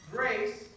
Grace